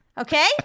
Okay